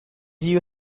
you